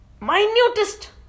minutest